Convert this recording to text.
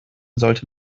sollte